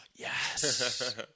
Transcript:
Yes